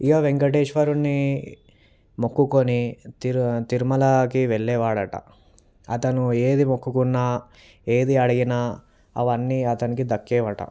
ఇక వెంకటేశ్వరుని మొక్కుకొని తి తిరుమలకి వెళ్ళేవాడుట అతను ఏది మొక్కుకున్నా ఏది అడిగినా అవన్నీ అతనికి దక్కేవి అట